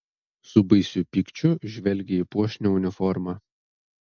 su baisiu pykčiu žvelgė į puošnią uniformą